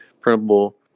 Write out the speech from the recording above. printable